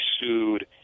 sued